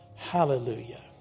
Hallelujah